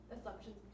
assumptions